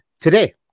today